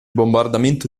bombardamento